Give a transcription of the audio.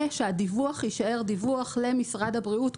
ושהדיווח יישאר דיווח למשרד הבריאות,